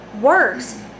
works